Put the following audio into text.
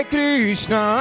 Krishna